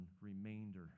remainder